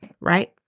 right